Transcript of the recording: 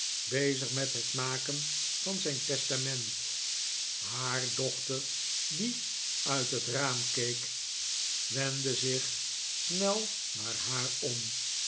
bezig met het maken van zijn testament ha r dochter die uit het raam keek wendde zich siiel naar haar om